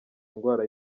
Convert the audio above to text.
indwara